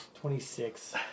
Twenty-six